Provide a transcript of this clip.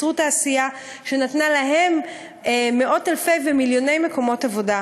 הם ייצרו תעשייה שנתנה להם מאות-אלפי ומיליוני מקומות עבודה.